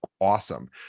awesome